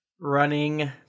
running